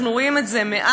אנחנו רואים את זה מאז,